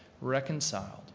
reconciled